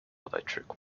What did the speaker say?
electric